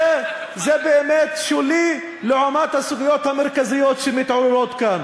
זה באמת שולי לעומת הסוגיות המרכזיות שמתעוררות כאן.